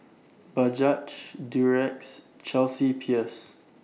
Bajaj Durex Chelsea Peers